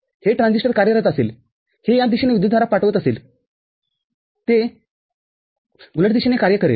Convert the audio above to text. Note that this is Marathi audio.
हे ट्रान्झिस्टर कार्यरत असेल हे या दिशेने विद्युतधारा पाठवत असेलते उलट दिशेने कार्य करेल